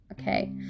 okay